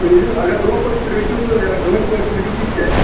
تُہۍ یِیِو اَگر دۄہ پٲٹھۍ تہٕ رٔٹِو تہٕ یا گنٛٹہٕ پٲٹھۍ تہٕ رٔٹِو تِتہِ چَلہِ